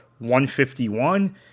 151